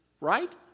right